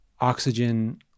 oxygen